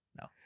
no